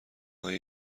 های